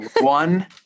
one